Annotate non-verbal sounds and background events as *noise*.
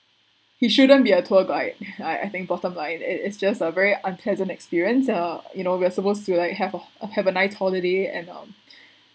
he shouldn't be a tour guide *laughs* I I think bottom line it it's just a very unpleasant experience uh you know we are supposed to like have a ho~ have a nice holiday and um